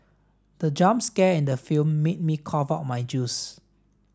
the jump scare in the film made me cough out my juice